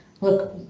look